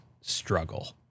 struggle